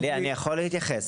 אני יכול להתייחס,